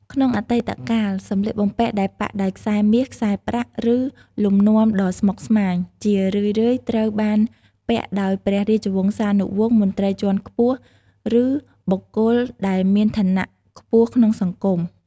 ក្នុងអតីតកាល សម្លៀកបំពាក់ដែលប៉ាក់ដោយខ្សែមាស ខ្សែប្រាក់ ឬលំនាំដ៏ស្មុគស្មាញ ជារឿយៗត្រូវបានពាក់ដោយព្រះរាជវង្សានុវង្ស មន្ត្រីជាន់ខ្ពស់ ឬបុគ្គលដែលមានឋានៈខ្ពស់ក្នុងសង្គម។